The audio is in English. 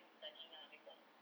studying ah because